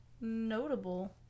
notable